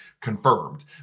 confirmed